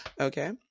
Okay